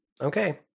okay